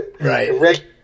Right